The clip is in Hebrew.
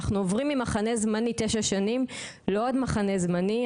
אנחנו עוברים ממחנה זמני תשע שנים לעוד מחנה זמני.